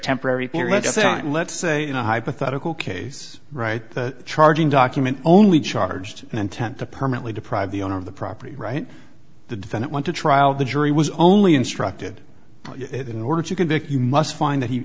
temporary period let's say a hypothetical case right the charging document only charged an intent to permanently deprive the owner of the property right the defendant went to trial the jury was only instructed in order to convict you must find that he